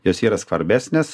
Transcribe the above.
jos yra skvarbesnės